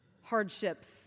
hardships